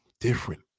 different